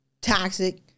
Toxic